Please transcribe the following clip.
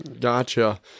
Gotcha